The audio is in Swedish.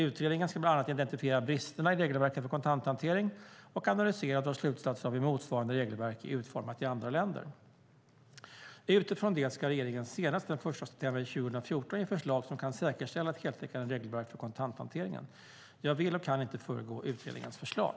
Utredningen ska bland annat identifiera bristerna i regelverket för kontanthantering och analysera och dra slutsatser av hur motsvarande regelverk är utformat i andra länder. Utifrån detta ska regeringen senast den 1 september 2014 ge förslag som kan säkerställa ett heltäckande regelverk för kontanthanteringen. Jag kan inte och vill inte föregå utredningens förslag.